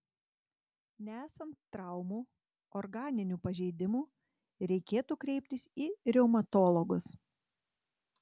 nesant traumų organinių pažeidimų reikėtų kreiptis į reumatologus